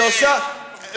שעושה,